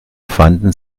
fanden